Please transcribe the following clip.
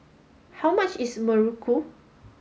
how much is Muruku